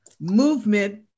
movement